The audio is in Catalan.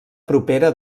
propera